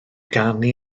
ganu